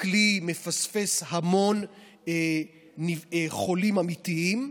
הכלי מפספס המון חולים אמיתיים,